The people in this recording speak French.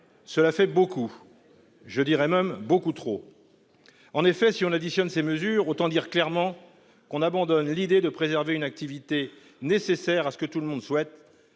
Cela fait beaucoup. Je dirais même beaucoup trop. En effet si on additionne ces mesures, autant dire clairement qu'on abandonne l'idée de préserver une activité nécessaire à ce que tout le monde souhaite.